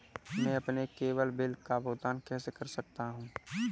मैं अपने केवल बिल का भुगतान कैसे कर सकता हूँ?